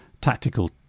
tactical